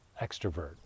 extrovert